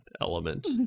element